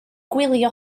gwylio